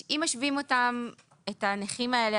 אם משווים את הנכים האלה,